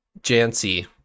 Jancy